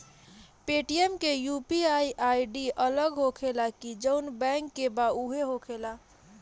Paytm के UPI ID अलग होखेला की जाऊन बैंक के बा उहे होखेला?